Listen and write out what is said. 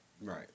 Right